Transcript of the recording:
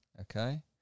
Okay